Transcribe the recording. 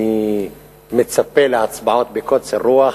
אני מצפה להצבעות בקוצר רוח.